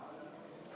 מתנגדים.